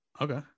Okay